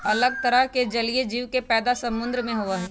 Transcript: अलग तरह के जलीय जीव के पैदा समुद्र में होबा हई